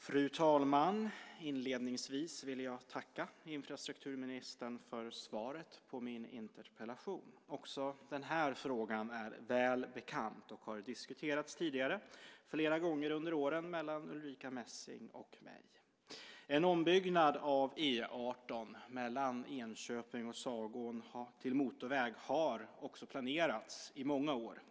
Fru talman! Inledningsvis vill jag tacka infrastrukturministern för svaret på min interpellation. Också den här frågan är väl bekant och har diskuterats tidigare flera gånger under åren mellan Ulrica Messing och mig. En ombyggnad av E 18 mellan Enköping och Sagån till motorväg har också planerats under många år.